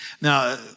Now